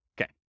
Okay